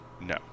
No